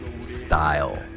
Style